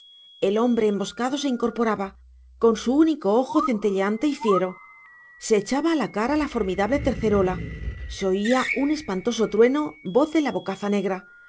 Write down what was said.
el hombre emboscado se incorporaba con su único ojo centelleante y fiero se echaba a la cara la formidable tercerola se oía un espantoso trueno voz de la bocaza negra